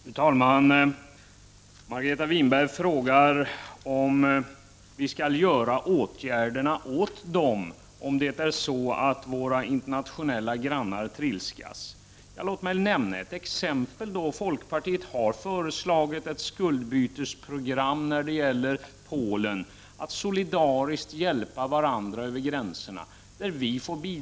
Fru talman! Margareta Winberg frågar om vi skall göra åtgärderna ”åt dem” om våra internationella grannar trilskas. Låt mig nämna ett exempel. Folkpartiet har föreslagit ett skuldbytesprogram när det gäller Polen, att 95 solidariskt hjälpa varandra över gränserna.